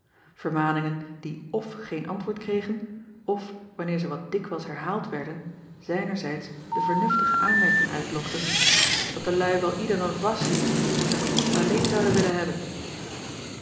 vermaningen die f geen antwoord kregen f wanneer zij wat dikwijls herhaald werden zijnerzijds de vernuftige aanmerking uitlokten dat de luî wel ieder een vassie vache voor zijn goed alleen zouden willen hebben